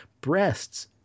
breasts